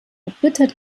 erbittert